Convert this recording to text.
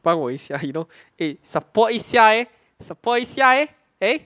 帮我一下 you know eh support 一下 leh support 一下 leh eh